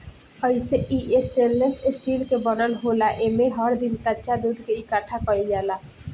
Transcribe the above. अइसे इ stainless steel के बनल होला आ एमे हर दिन कच्चा दूध के इकठ्ठा कईल जाला